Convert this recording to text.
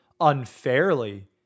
unfairly